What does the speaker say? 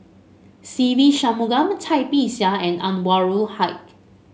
Se Ve Shanmugam Cai Bixia and Anwarul Haque